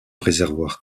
réservoir